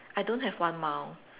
I don't have one mile